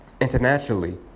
internationally